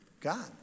God